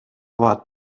war